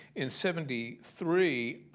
in seventy three,